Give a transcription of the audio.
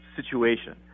situation